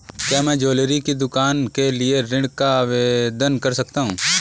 क्या मैं ज्वैलरी की दुकान के लिए ऋण का आवेदन कर सकता हूँ?